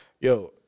Yo